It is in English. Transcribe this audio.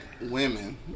women